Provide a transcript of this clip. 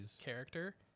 character